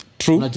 true